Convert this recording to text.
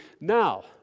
now